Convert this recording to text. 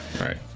Right